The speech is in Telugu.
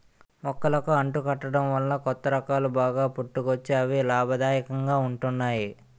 మొక్కలకు అంటు కట్టడం వలన కొత్త రకాలు బాగా పుట్టుకొచ్చి అవి లాభదాయకంగా ఉంటున్నాయి